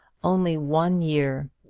only one year!